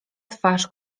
twarz